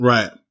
Right